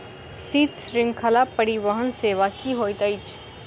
शीत श्रृंखला परिवहन सेवा की होइत अछि?